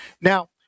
Now